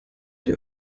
die